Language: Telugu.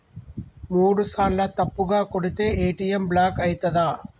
మూడుసార్ల తప్పుగా కొడితే ఏ.టి.ఎమ్ బ్లాక్ ఐతదా?